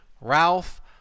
Ralph –